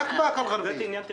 זה עניין תכנוני.